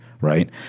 right